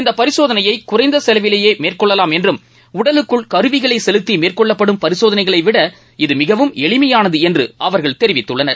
இந்த பரிசோதளையை குறைந்த செலவிலேயே மேற்கொள்ளலாம் என்றும் உடலுக்குள் கருவிகளை செலுத்தி மேற்கொள்ளப்படும் பரிசோதனைகளை விட இது மிகவும் எளிமையானது என்று அவர் கூறியுள்ளனர்